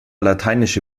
lateinische